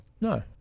no